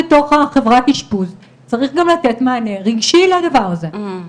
בתוך חברת האשפוז צריך גם לתת מענה רגשי לדבר הזה.